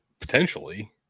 Potentially